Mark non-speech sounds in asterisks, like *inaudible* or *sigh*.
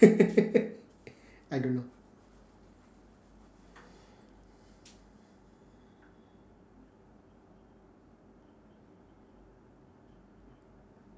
*laughs* I don't know